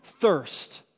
thirst